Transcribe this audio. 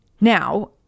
Now